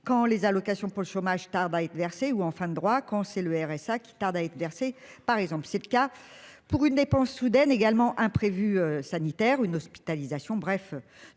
Quand les allocations pour le chômage tarde à être versées ou en fin de droits qu'on c'est le RSA qui tardent à être versées par exemple c'est le cas pour une dépense soudaine également imprévu sanitaire une hospitalisation, bref